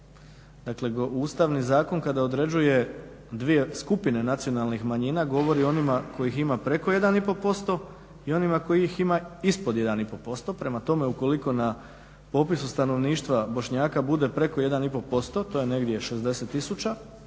Dakle, Ustavni zakon kada određuje 2 skupine nacionalnih manjina govorio onima kojih ima preko 1,5 i onima kojih ima ispod 1,5%. Prema tome ukoliko na popisu stanovništva Bošnjaka bude preko 1,5% to je negdje 60